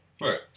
Right